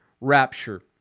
rapture